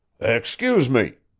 excuse me,